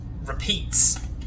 repeats